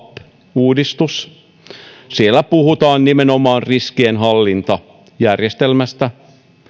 uudistus siellä puhutaan nimenomaan riskienhallintajärjestelmästä